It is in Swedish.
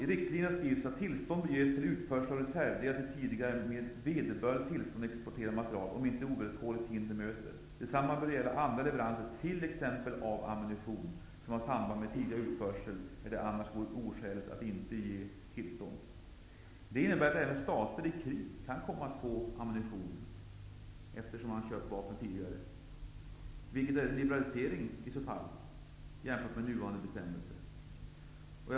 I riktlinjerna skrivs att tillstånd bör ges för utförsel av reservdelar till tidigare, med vederbörligt tillstånd exporterad materiel, om inte ovillkorligt hinder möter. Detsamma bör gälla andra leveranser, t.ex. av ammunition som har samband med tidigare utförsel eller där det annars vore oskäligt att inte ge tillstånd. Det innebär att även stater i krig kan komma att få ammunition om man köpt vapen tidigare. Det är i så fall en liberalisering jämfört med nuvarande bestämmelser.